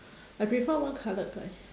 I prefer one coloured eye